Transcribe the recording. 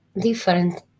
different